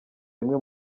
bimwe